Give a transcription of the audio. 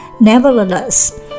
Nevertheless